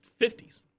50s